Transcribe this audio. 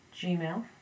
Gmail